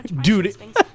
Dude